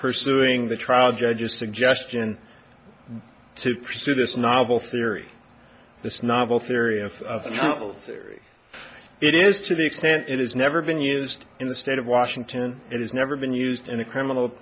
pursuing the trial judge's suggestion to pursue this novel theory this novel theory of theory it is to the extent it has never been used in the state of washington it has never been used in a criminal